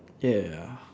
ya